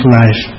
life